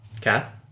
cat